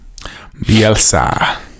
Bielsa